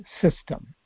system